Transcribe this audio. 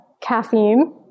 caffeine